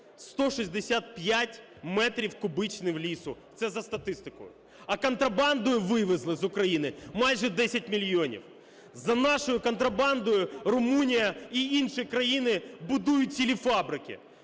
165 метрів кубічних лісу, це за статистикою. А контрабандою вивезли з України майже 10 мільйонів. За нашою контрабандою Румунія і інші країни будують цілі фабрики.